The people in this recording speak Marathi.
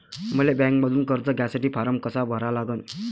मले बँकेमंधून कर्ज घ्यासाठी फारम कसा भरा लागन?